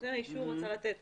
נותן האישור רצה לתת